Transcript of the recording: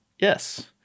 Yes